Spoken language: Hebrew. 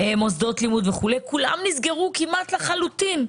מוסדות לימוד וכו' כולם נסגרו כמעט לחלוטין.